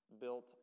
built